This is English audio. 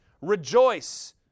rejoice